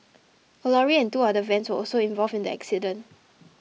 a lorry and two other vans were also involved in the accident